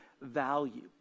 value